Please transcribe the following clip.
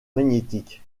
magnétiques